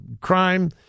crime